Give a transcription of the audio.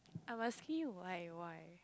I'm asking you why why